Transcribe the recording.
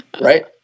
right